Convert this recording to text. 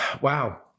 wow